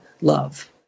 love